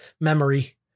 memory